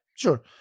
Sure